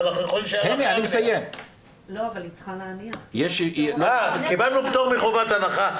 --- קיבלנו פטור מחובת הנחה.